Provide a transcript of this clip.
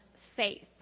faith